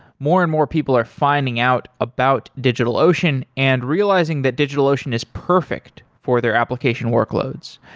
more and more people are finding out about digitalocean and realizing that digitalocean is perfect for their application workloads.